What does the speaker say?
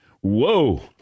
Whoa